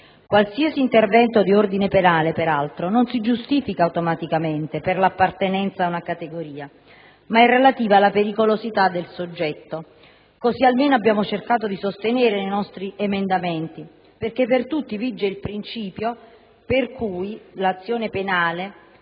Qualsiasi intervento di ordine penale, per altro, non si giustifica automaticamente per l'appartenenza ad una categoria, ma è relativo alla pericolosità del soggetto. Così, almeno, abbiamo cercato di sostenere nei nostri emendamenti, perché per tutti vige il principio per cui l'azione penale